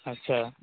अच्छा